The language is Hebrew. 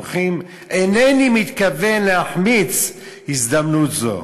"אינני מתכוון להחמיץ את ההזדמנות הזאת,